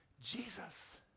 Jesus